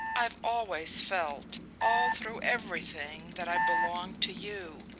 i've always felt, all through everything, that i belonged to you.